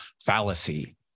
fallacy